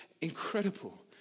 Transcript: incredible